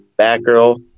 Batgirl